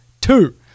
two